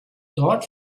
dort